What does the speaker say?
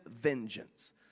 vengeance